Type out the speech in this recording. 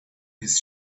his